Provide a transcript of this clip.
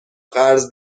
قرض